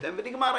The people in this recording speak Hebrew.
ונגמר העניין.